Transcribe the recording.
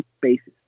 basis